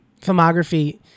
filmography